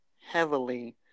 heavily